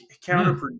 counterproductive